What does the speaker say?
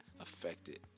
affected